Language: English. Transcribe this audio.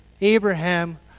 Abraham